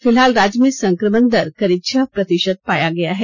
फिलहाल राज्य में संक्रमण दर करीब छह प्रतिशत पाया गया है